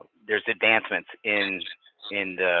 there's advancements in in